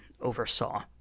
oversaw